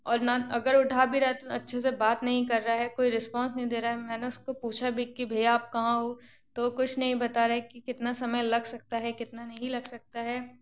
और ना अगर उठा भी रहा है तो अच्छे से बात नहीं कर रहा है कोई रिस्पॉन्स नहीं दे रहा है मैंने उसको पूछा भी कि भैया आप कहाँ हो तो कुछ नहीं बता रहा कि कितना समय लग सकता है कितना नहीं लग सकता है